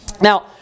Now